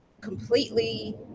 completely